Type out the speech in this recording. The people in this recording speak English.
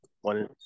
one